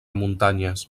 muntanyes